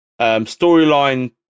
storyline